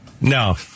No